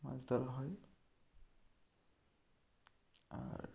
মাছ ধরা হয় আর